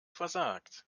versagt